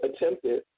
attempted